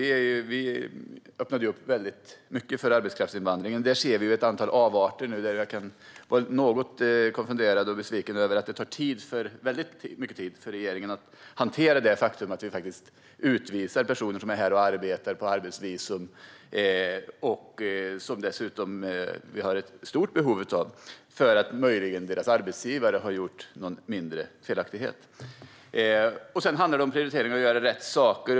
Vi öppnade upp mycket för arbetskraftsinvandring. Där ser vi nu ett antal avarter. Jag är något konfunderad och besviken över att det tar mycket tid för regeringen att hantera det faktum att vi utvisar personer som är här och arbetar på arbetsvisum - personer som vi dessutom har ett stort behov av - därför att deras arbetsgivare möjligen har gjort någon mindre felaktighet. Sedan handlar det om prioriteringar och att göra rätt saker.